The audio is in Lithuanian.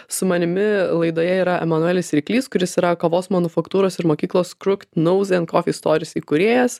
su manimi laidoje yra emanuelis ryklys kuris yra kavos manufaktūros ir mokyklos krukt nous en kofi storis įkūrėjas